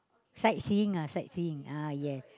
sight seeing ah sight seeing ah yes